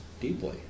deeply